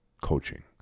coaching